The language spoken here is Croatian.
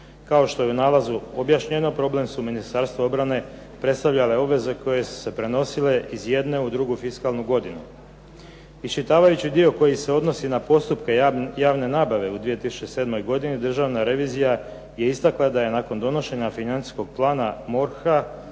Kao što je u nalazu pojašnjeno problem su Ministarstvu obrane predstavljale obveze koje su se prenosile iz jedne u drugu fizkalnu godinu. Iščitavajući dio koji se odnosi na postupke javne nabave u 2007. godini državna revizija je istakla da je nakon donošenja financijskog plana MORH-a